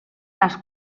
las